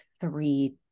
three